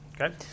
Okay